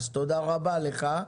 תודה לך.